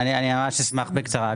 אני ממש אשמח בקצרה.